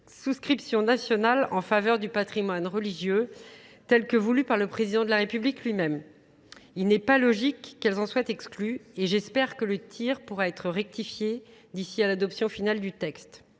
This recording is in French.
souscription nationale en faveur du patrimoine religieux, tel que voulu par le Président de la République lui-même. Il n'est pas logique qu'elles en soient exclus et j'espère que le tir pourra être rectifié d'ici à l'adoption finale du texte.